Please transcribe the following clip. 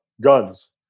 guns